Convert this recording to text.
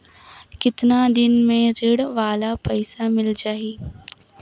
कतना दिन मे ऋण वाला पइसा मिल जाहि?